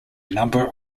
number